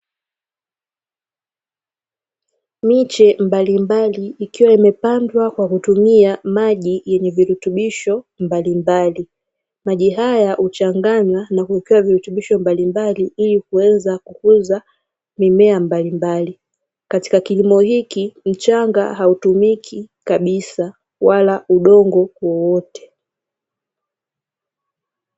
Miche mbali mbali ikiwa imepandwa kwa kutumia maji yenye virutubisho mbali mbali. Maji haya huchanganywa na kuwekewa virutubisho mbali mbali ili kuweza kukuza mimea mbali mbali. Katika kilimo hiki mchanga hautumiki kabisa wala udongo wowote.